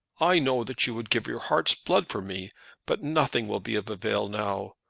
i know that you would give your heart's blood for me but nothing will be of avail now.